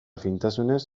fintasunez